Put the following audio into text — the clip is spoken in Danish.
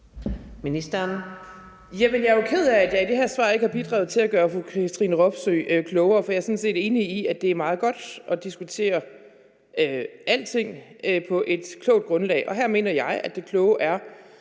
Jamen jeg er jo ked af, at jeg i det her spørgsmål ikke har bidraget til at gøre fru Katrine Robsøe klogere, for jeg er sådan set enig i, at det er meget godt at diskutere alting på et klogt grundlag. Og her mener jeg at det kloge er